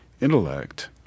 intellect